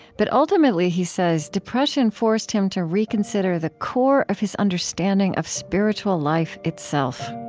but ultimately, he says, depression forced him to reconsider the core of his understanding of spiritual life itself